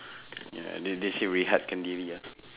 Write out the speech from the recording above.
ya they they say will help ah